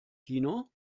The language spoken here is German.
kino